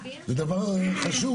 זה דבר חשוב.